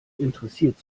interessiert